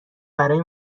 برای